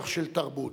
רצח של תרבות.